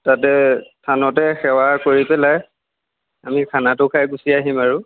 তাতে থানতে সেৱা কৰি পেলাই আমি খানাটো খাই গুচি আহিম আৰু